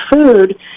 food